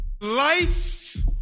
life